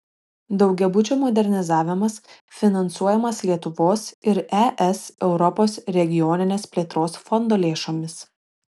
daugiabučių modernizavimas finansuojamas lietuvos ir es europos regioninės plėtros fondo lėšomis